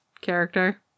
character